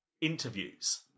interviews